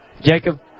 Jacob